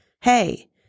hey